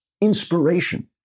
inspiration